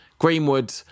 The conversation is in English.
Greenwood